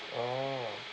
orh